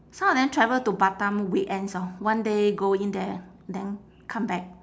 some of them travel to batam weekends orh one day go in there then come back